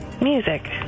Music